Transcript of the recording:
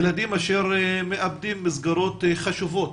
ילדים אשר מאבדים מסגרות חשובות